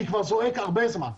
אני כבר זועק הרבה זמן.